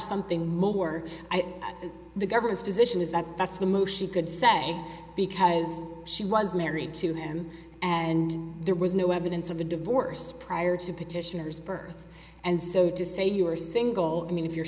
something more than the government's position is that that's the most she could say because she was married to him and there was no evidence of a divorce prior to petitioners birth and so to say you are single i mean if you're